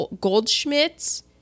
Goldschmidt's